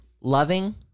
Loving